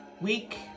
week